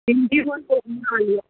इंडिगोमधून आली आहे